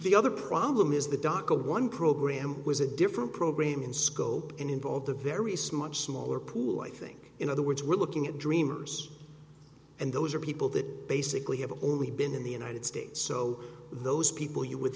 the other problem is the docket one program was a different program in scope and involve the various much smaller pool i think in other words we're looking at dreamers and those are people that basically have only been in the united states so those people you would